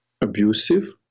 abusive